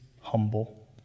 humble